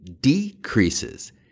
decreases